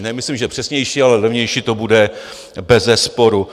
Nemyslím, že přesnější, ale levnější to bude bezesporu.